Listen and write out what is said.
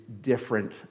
different